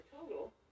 total